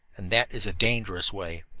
and that is a dangerous way.